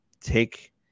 take